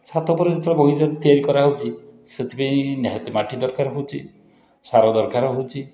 ଛାତ ଉପରେ ଯେଉଁ ବଗିଚା ତିଆରି କରାହେଉଛି ସେଥିପାଇଁ ନିହାତି ମାଟି ଦରକାର ପଡ଼ୁଛି ସାର ଦରକାର ହେଉଛି